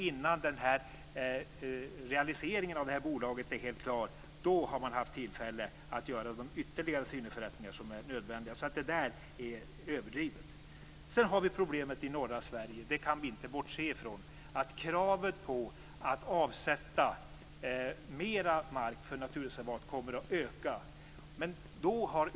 Innan realiseringen av bolaget är helt klar kommer man att ha haft tillfälle att göra de ytterligare syneförrättningar som är nödvändiga. Det är alltså överdrivet.